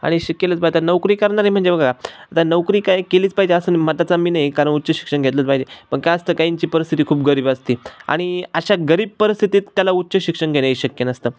आणि शिकेली आता नोकरी करणारी म्हणजे बघा आता नोकरी काही केलीच पाहिजे असन मताचा आ मी नाही कारण उच्च शिक्षण घेतलंच पाहिजे पण काय असतं काहींची परस्थिती खूप गरीब असती आणि अशा गरीब परिस्थितीत त्याला उच्च शिक्षण घेणं हे शक्य नसतं